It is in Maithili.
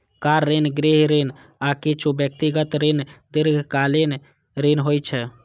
कार ऋण, गृह ऋण, आ किछु व्यक्तिगत ऋण दीर्घकालीन ऋण होइ छै